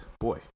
Boy